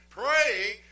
praying